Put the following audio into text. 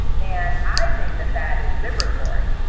and i think that that is liberatory.